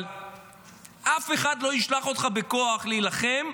אבל אף אחד לא ישלח אותך בכוח להילחם.